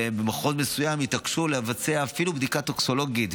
ובמכון מסוים התעקשו לבצע אפילו בדיקה טוקסולוגית,